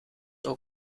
ook